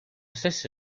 stessa